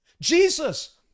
Jesus